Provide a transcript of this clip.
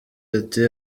ati